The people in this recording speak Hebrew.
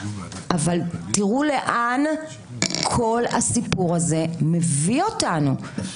אבל תראו לאן כל הסיפור הזה מביא אותנו.